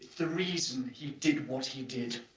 the reason he did what he did.